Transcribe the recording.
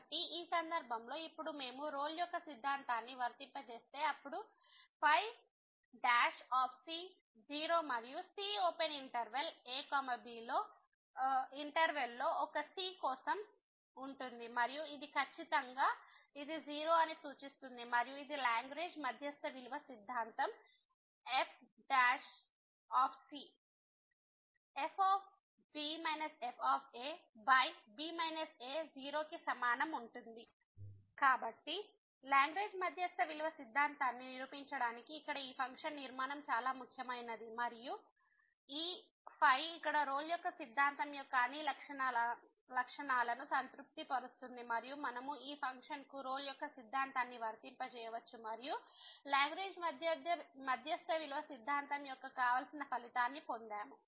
కాబట్టి ఈ సందర్భంలో ఇప్పుడు మేము రోల్ యొక్క సిద్ధాంతాన్ని వర్తింపజేస్తే అప్పుడు ϕ 0 మరియు C open interval a b లో ఇంటర్వెల్ లో ఒక C కోసం ఉంటుంది మరియు ఇది ఖచ్చితంగా ఇది 0 అని సూచిస్తుంది మరియు ఇది లాగ్రేంజ్ మధ్యస్త విలువ సిద్ధాంతం f fb fb a0 కి సమానంగా ఉంటుంది కాబట్టి లాగ్రేంజ్ మధ్యస్త విలువ సిద్ధాంతాన్ని నిరూపించడానికి ఇక్కడ ఈ ఫంక్షన్ నిర్మాణం చాలా ముఖ్యమైనది మరియు ఈ ఇక్కడ రోల్ యొక్క సిద్ధాంతం యొక్క అన్ని లక్షణాలను సంతృప్తిపరుస్తుంది మరియు మనము ఈ ఫంక్షన్కు రోల్ యొక్క సిద్ధాంతాన్ని వర్తింపజేయవచ్చు మరియు లాగ్రేంజ్ మధ్యస్త విలువ సిద్ధాంతం యొక్క కావలసిన ఫలితాన్ని పొందాము